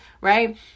right